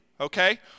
Okay